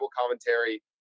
commentary